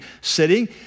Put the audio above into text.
sitting